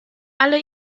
alle